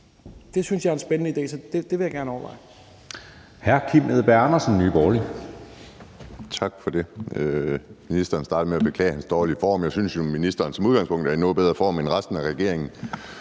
Det synes jeg er en spændende idé, så det vil jeg gerne overveje.